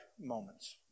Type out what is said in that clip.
moments